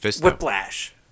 Whiplash